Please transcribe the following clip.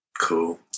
Cool